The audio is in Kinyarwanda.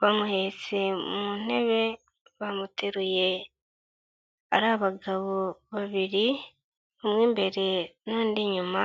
Bamuhetse mu ntebe, bamuteruye ari abagabo babiri umwe imbere n'undi nyuma,